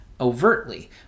overtly